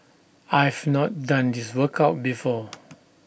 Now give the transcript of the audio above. I've not done this workout before